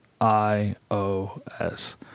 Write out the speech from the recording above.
IOS